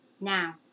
now